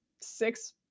six